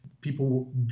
people